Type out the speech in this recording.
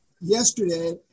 Yesterday